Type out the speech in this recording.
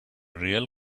real